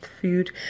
food